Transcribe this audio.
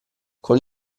con